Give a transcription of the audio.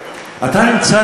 אתה נמצא,